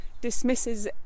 dismisses